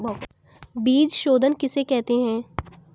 बीज शोधन किसे कहते हैं?